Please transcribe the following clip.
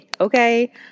okay